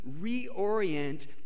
reorient